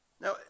Now